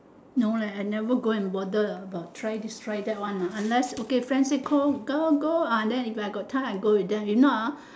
no leh I never go and bother about try this try that one ah unless okay friend say go go go ah then if got time I go with them if not ah